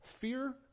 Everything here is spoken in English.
Fear